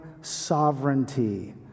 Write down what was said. sovereignty